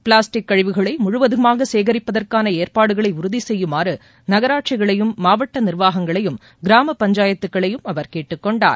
plastic கழிவுகளை முழுவதுமாக சேகரிப்பதற்கான ஏற்பாடுகளை உறுதி செய்யுமாறு நகராட்சிகளையும் மாவட்ட நிர்வாகங்களையும் கிராம பஞ்சாயத்துகளையும் அவர் கேட்டுக்கொண்டார்